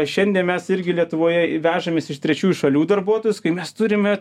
šiandien mes irgi lietuvoje vežamės iš trečiųjų šalių darbuotojus kai mes turime